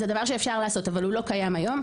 זה דבר שאפשר לעשות, אבל הוא לא קיים היום.